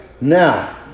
Now